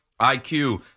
IQ